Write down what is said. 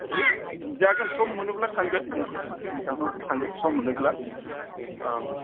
जागोन सम मोनोब्ला थांगोन थांगोन सम मोनोब्ला औ